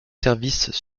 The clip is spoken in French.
services